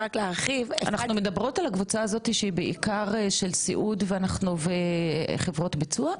אנחנו מדברות על הקבוצה הזאת שהיא בעיקר של סיעוד וחברות ביצוע?